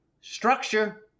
structure